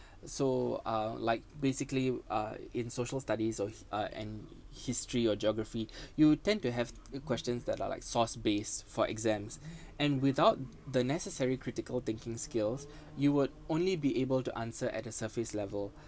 so uh like basically uh in social studies or and history or geography you tend to have questions that are like source based for exams and without the necessary critical thinking skills you would only be able to answer at the surface level